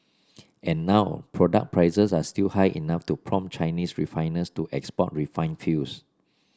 and now product prices are still high enough to prompt Chinese refiners to export refined fuels